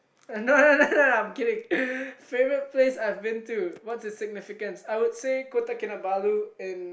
no no no no no I'm kidding favourite place I've been to what's it's significance I would say Kota-Kinabalu and